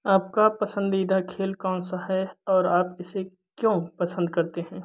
आपका पसंदीदा खेल कौन सा है और आप इसे क्यों पसंद करते हैं